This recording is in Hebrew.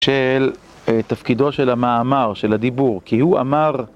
של תפקידו של המאמר, של הדיבור, כי הוא אמר